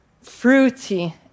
fruity